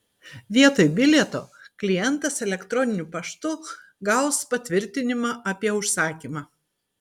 vietoj bilieto klientas elektroniniu paštu gaus patvirtinimą apie užsakymą